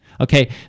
Okay